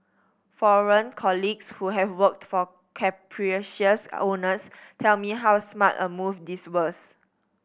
foreign colleagues who have worked for capricious owners tell me how smart a move this was